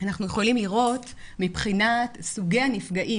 אנחנו יכולים לראות מבחינת סוגי הנפגעים